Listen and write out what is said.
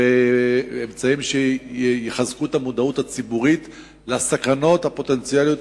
ובאמצעים שיחזקו את המודעות הציבורית לסכנות הפוטנציאליות